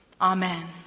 Amen